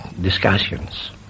discussions